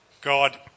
God